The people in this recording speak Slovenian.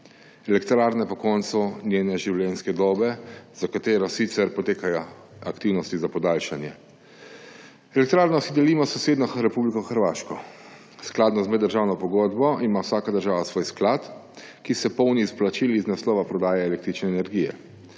elektrarne po koncu njene življenjske dobe, za katero sicer potekajo aktivnosti za podaljšanje. Elektrarno si delimo s sosednjo Republiko Hrvaško. Skladno z meddržavno pogodbo ima vsaka država svoj sklad, ki se polni z vplačili iz naslova prodaje električne energije.